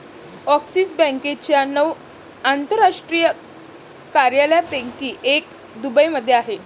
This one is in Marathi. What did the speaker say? ॲक्सिस बँकेच्या नऊ आंतरराष्ट्रीय कार्यालयांपैकी एक दुबईमध्ये आहे